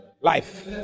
Life